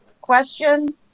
question